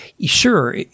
sure